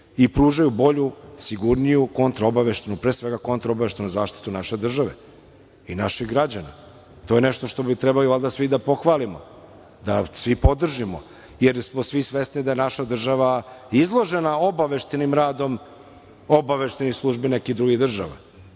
i pružaju bolju, sigurniju kontraobaveštajnu zaštitu naše države i naših građana. To je nešto što bi trebali valjda svi da pohvalimo, da svi podržimo, jer smo svi svesni da je naša država izložena obaveštajnim radom obaveštajnih službi neki drugih država